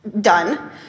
done